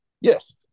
Yes